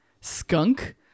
skunk